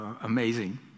amazing